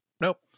Nope